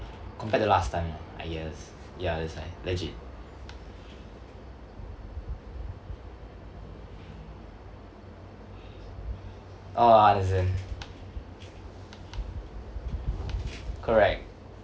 compared to last time lah I guess ya that's why legit oh I understand correct